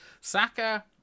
Saka